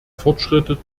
fortschritte